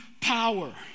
Power